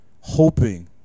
hoping